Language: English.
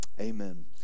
amen